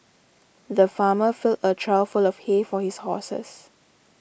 the farmer filled a trough full of hay for his horses